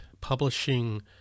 publishing